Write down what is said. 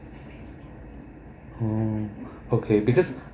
um okay because